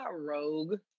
rogue